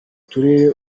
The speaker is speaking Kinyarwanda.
turere